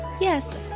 Yes